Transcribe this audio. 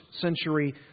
century